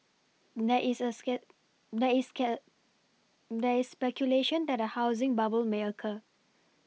there is a scare there scare there is speculation that a housing bubble may occur